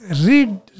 Read